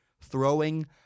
throwing